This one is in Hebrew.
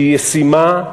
שהיא ישימה,